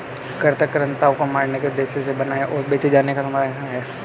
कृंतक कृन्तकों को मारने के उद्देश्य से बनाए और बेचे जाने वाले रसायन हैं